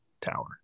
tower